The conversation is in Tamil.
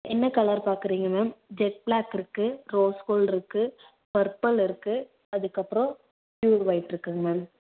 என்ன கலர் பார்க்கறீங்க மேம் ஜெட் பிளாக் இருக்குது ரோஸ் கோல்டிருக்கு பர்ப்பிள் இருக்குது அதுக்கப்புறம் ப்யூர் ஒய்ட்ருக்குங்க மேம்